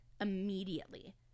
immediately